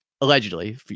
allegedly